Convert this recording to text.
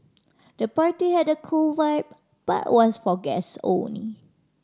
the party had a cool vibe but was for guests only